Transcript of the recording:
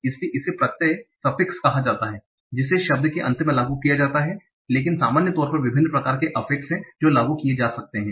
इसलिए इसे प्रत्यय suffix सफ़िक्स कहा जाता है जिसे शब्द के अंत में लागू किया जाता है लेकिन सामान्य तौर पर विभिन्न प्रकार के अफेक्स हैं जो लागू किए जा सकते हैं